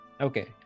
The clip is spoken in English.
Okay